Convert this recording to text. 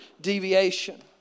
deviation